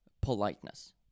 politeness